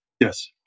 Yes